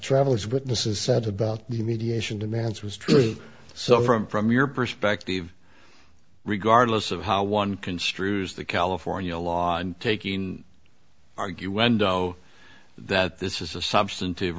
traveller's witnesses said about the mediation demands was true so from from your perspective regardless of how one construes the california law on taking argue when doe that this is a substantive